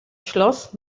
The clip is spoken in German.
schloss